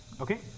Okay